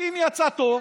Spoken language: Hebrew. אם יצא טוב,